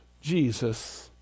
Jesus